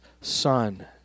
son